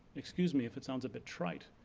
excuse me if it sounds a bit trite.